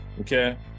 Okay